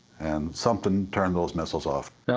and something turned those missiles off.